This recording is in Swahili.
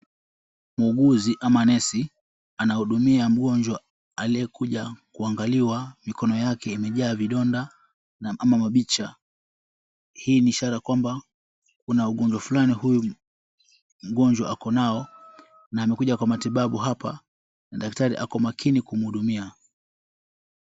Muuguzi ama nesi anahudumia mgonjwa aliyekuja kuangaliwa mikono yake imejaa vidonda ama mabicha. Hii ni ishara kwamba kuna ugonjwa fulani huyu mgonjwa ako nao na amekuja kwa matibabu hapa na daktari ako makini kumhudumia.